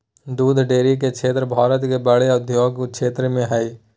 दूध डेरी के क्षेत्र भारत के बड़े औद्योगिक क्षेत्रों में हइ